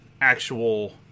actual